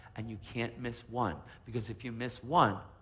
and you can't miss one because if you miss one,